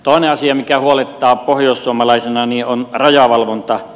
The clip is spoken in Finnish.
toinen asia mikä huolettaa pohjoissuomalaisena on rajavalvonta